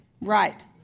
Right